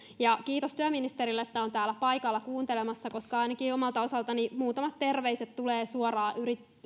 kiitos työministerille että on täällä paikalla kuuntelemassa koska ainakin omalta osaltani muutamat terveiset tulevat suoraan